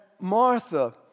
Martha